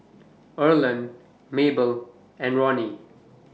Erland Mabel and Roni